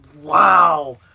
Wow